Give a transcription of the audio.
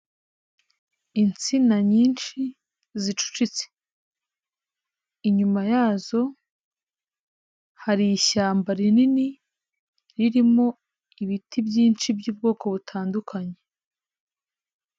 Insina nyinshi zicitse, inyuma yazo, hari ishyamba rinini, ririmo ibiti byinshi by'ubwoko butandukanye.